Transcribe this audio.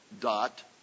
dot